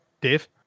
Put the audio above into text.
Dave